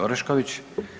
Orešković.